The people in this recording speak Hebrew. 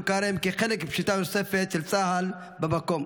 כרם כחלק מפשיטה נוספת של צה"ל במקום,